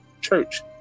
church